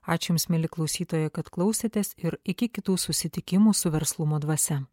ačiū jums mieli klausytojai kad klausėtės ir iki kitų susitikimų su verslumo dvasia